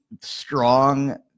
strong